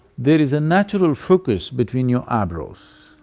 there is a natural focus between your eyebrows.